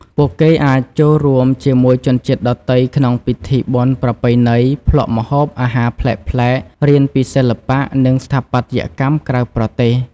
ពួកគេអាចចូលរួមជាមួយជនជាតិដទៃ ក្នុងពិធីបុណ្យប្រពៃណី ភ្លក់ម្ហូបអាហារប្លែកៗ រៀនពីសិល្បៈ និងស្ថាបត្យកម្មក្រៅប្រទេស។